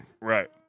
right